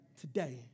today